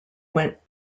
went